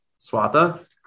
Swatha